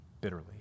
bitterly